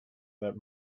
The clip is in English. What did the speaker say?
that